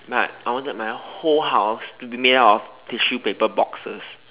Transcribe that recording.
but I wanted my whole house to be made up of tissue paper boxes